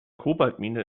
kobaltmine